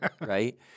right